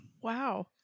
Wow